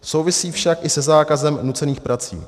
Souvisí však i se zákazem nucených prací.